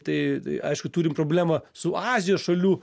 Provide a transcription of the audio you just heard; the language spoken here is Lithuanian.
tai aišku turime problemą su azijos šalių